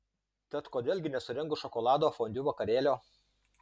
tad kodėl gi nesurengus šokolado fondiu vakarėlio